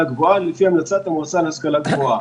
גבוהה לפי המלצת המועצה להשכלה גבוהה.